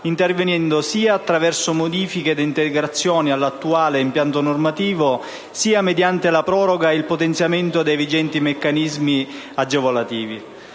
intervenendo sia attraverso modifiche ed integrazioni all'attuale impianto normativo, sia mediante la proroga e il potenziamento dei vigenti meccanismi agevolativi.